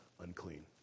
unclean